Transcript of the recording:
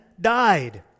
died